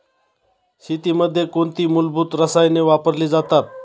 शेतीमध्ये कोणती मूलभूत रसायने वापरली जातात?